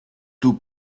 two